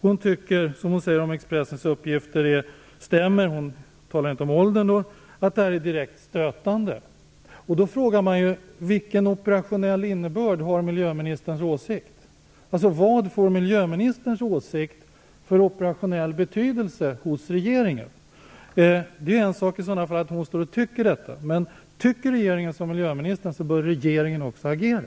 Hon tycker, om Expressens uppgifter stämmer, att det är direkt stötande - hon talar då inte om hur gamla uppgifterna är. Då frågar man: Vilken operationell innebörd har miljöministerns åsikt, alltså vad får miljöministerns åsikt för operationell betydelse hos regeringen? Det är ju en sak att hon tycker detta, men tycker regeringen samma sak som miljöministern så bör regeringen också agera.